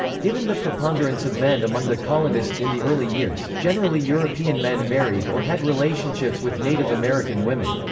given the preponderance of men among the colonists in the early years, generally european men married or had relationships with native american women.